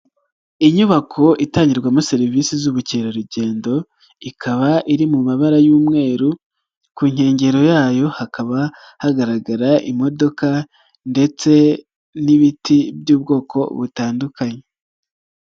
Inyubako itangirwamo serivisi z'ubukerarugendo ikaba iri mu mabara y'umweru ku nkengero yayo hakaba hagaragara imodoka ndetse n'ibiti by'ubwoko butandukanye.